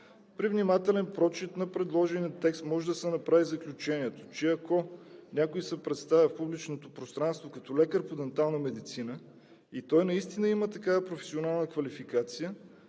При внимателен прочит на предложения текст може да се направи заключението, че ако някой се представя в публичното пространство като „лекар по дентална медицина“ и той наистина има такава професионална квалификация,